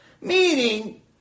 Meaning